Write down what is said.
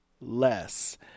less